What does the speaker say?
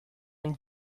and